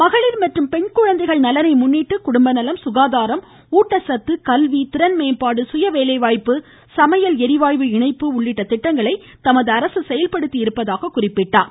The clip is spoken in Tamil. மகளிர் மற்றும் பெண்குழந்தைகள் நலனை முன்னிட்டு குடும்பநலம் சுகாதாரம் ஊட்டச்சத்து கல்வி திறன்மேம்பாடு சுய வேலைவாய்ப்பு சமையல் ளிவாயு இணைப்பு உள்ளிட்ட திட்டங்களை தமது அரசு செயல்படுத்தி இருப்பதாக கூறினார்